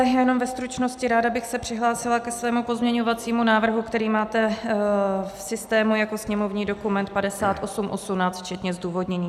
Jenom ve stručnosti, ráda bych se přihlásila ke svému pozměňovacímu návrhu, který máte v systému jako sněmovní dokument 5818 včetně zdůvodnění.